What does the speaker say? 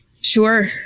Sure